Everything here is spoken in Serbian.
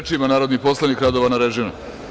Reč ima narodni poslanik Radovan Arežina.